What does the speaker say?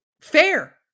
fair